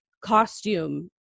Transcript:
costume